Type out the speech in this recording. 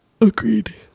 Agreed